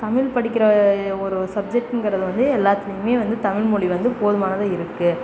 தமிழ் படிக்கிற ஒரு சப்ஜெக்ட்டுங்கிறது வந்து எல்லாத்துலேயுமே வந்து தமிழ் மொழி வந்து போதுமானதாக இருக்குது